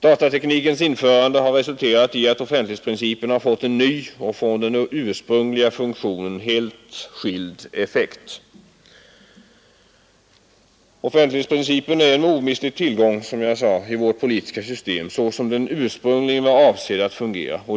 Datateknikens införande har alltså resulterat i att offentlighetsprincipen har fått en ny och från den ursprungliga funktionen skild effekt. Offentlighetsprincipen är en omistlig tillgång i vårt politiska system så som den ursprungligen var avsedd att fungera.